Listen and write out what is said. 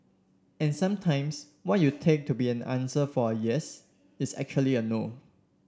and sometimes what you take to be an answer for yes is actually a no